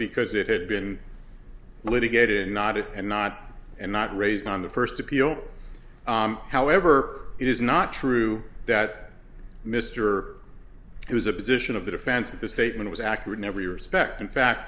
because it had been litigated and not it and not and not raised on the first appeal however it is not true that mr it was a position of the defense that the statement was accurate in every respect in fact